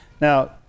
Now